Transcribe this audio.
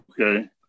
Okay